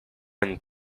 and